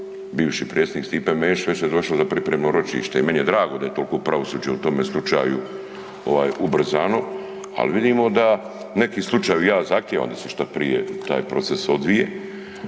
bivši predsjednik Stipe Mesić, već je došlo i pripremno ročište i meni je drago da je toliko pravosuđe u tome slučaju ovaj ubrzano, ali vidimo da neki slučajevi, ja zahtijevam da se što prije taj proces odvije.